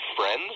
friends